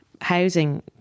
housing